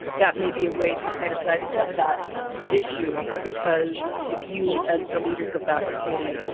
that may be a way to kind of sidestep that issue, because if you, as the leaders of that committee,